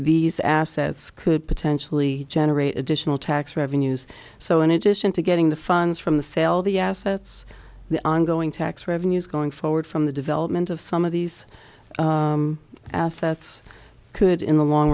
these assets could potentially generate additional tax revenues so in addition to getting the funds from the sale the assets the ongoing tax revenues going forward from the development of some of these assets could in the long